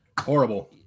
horrible